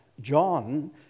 John